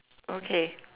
okay